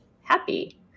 happy